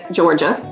Georgia